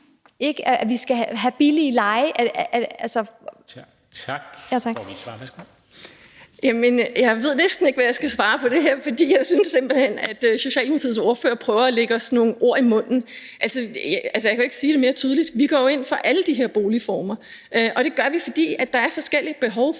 17:40 Heidi Bank (V): Jamen jeg ved næsten ikke, hvad jeg skal svare på det her, for jeg synes simpelt hen, at Socialdemokratiets ordfører prøver at lægge os nogle ord i munden. Jeg kan jo ikke sige det mere tydeligt: Vi går ind for alle de her boligformer. Det gør vi, fordi der er forskellige behov på